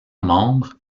membre